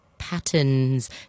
patterns